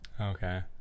Okay